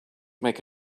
make